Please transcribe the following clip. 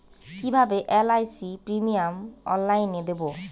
কিভাবে LIC premium অনলাইনে দেবো?